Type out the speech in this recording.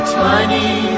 tiny